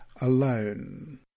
alone